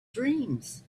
dreams